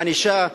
ענישה,